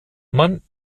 man